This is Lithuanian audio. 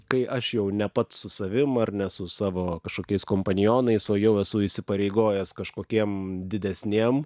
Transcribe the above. kai aš jau ne pats su savim ar ne su savo kažkokiais kompanionais o jau esu įsipareigojęs kažkokiem didesniem